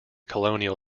colonial